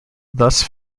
thus